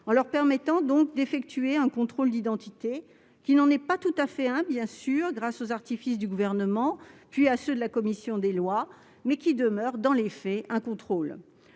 vigiles ou autres d'effectuer un contrôle d'identité, qui n'en est pas tout à fait un, bien évidemment, grâce aux artifices du Gouvernement, puis à ceux de la commission des lois, mais qui demeure dans les faits un contrôle.